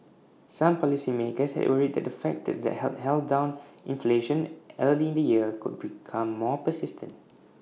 some policymakers had worried that the factors that had held down inflation early in the year could become more persistent